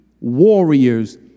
warriors